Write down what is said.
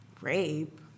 Rape